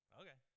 okay